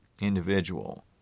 individual